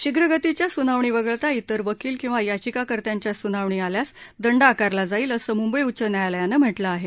शीघ्र गतीच्या सुनावणी वगळता इतर वकील किंवा याचिकाकर्त्यांच्या सुनावणी आल्यास दंड आकारला जाईल असं मुंबई उच्च न्यायालयानं म्हटलं आहे